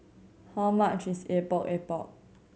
how much is Epok Epok